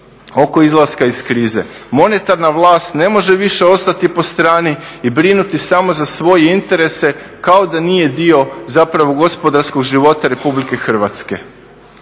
oko izlaska iz krize. Monetarna vlast ne može više ostati po strani i brinuti samo za svoje interese kao da nije dio zapravo gospodarskog života Republike Hrvatske.